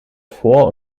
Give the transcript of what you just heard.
vor